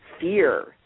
fear